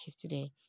today